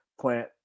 plant